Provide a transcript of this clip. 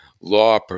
law